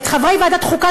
את חברי ועדת החוקה,